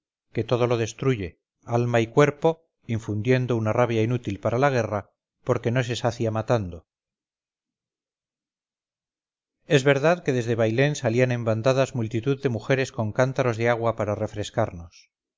que todo lo destruye alma y cuerpo infundiendo una rabia inútil para la guerra porque no se sacia matando es verdad que desde bailén salían en bandadas multitud de mujeres con cántaros de agua para refrescarnos